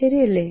ശരിയല്ലേ